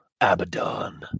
Abaddon